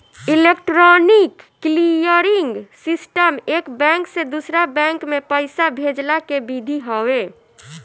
electronic clearing system एक bank से दूसरा बैंक में पईसा भेजला के विधि हवे